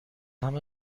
همه